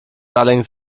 allerdings